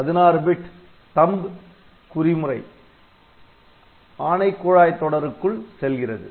16 bit THUMB குறிமுறை ஆணைக் குழாய் தொடருக்குள் செல்கிறது